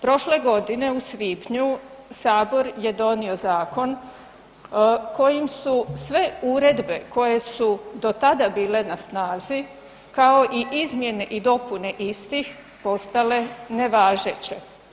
Prošle godine u svibnju sabor je donio zakon kojim su sve uredbe koje su do tada bile na snazi, kao i izmjene i dopune istih postale nevažeće.